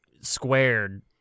squared